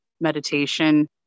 meditation